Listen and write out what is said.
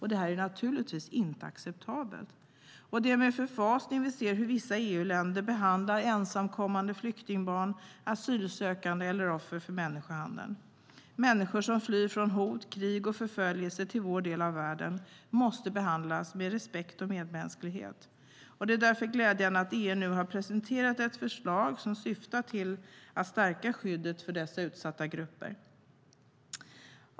Det är naturligtvis inte acceptabelt. Det är med förfasande vi ser hur vissa EU länder behandlar ensamkommande flyktingbarn, asylsökande eller offer för människohandeln. Människor som flyr från hot, krig och förföljelse till vår del av världen måste behandlas med respekt och medmänsklighet. Det är därför glädjande att EU nu har presenterat ett förslag som syftar till att stärka skyddet för dessa utsatta grupper.